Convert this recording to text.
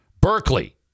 Berkeley